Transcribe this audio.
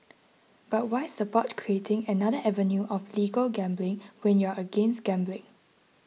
but why support creating another avenue of legal gambling when you're against gambling